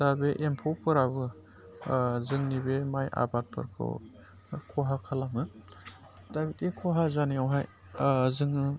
दा बे एम्फौफोराबो जोंनि बे माइ आबादफोरखौ खहा खालामो दा बिदिनो खहा जानायावहाय जोङो